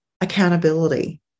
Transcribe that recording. accountability